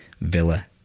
Villa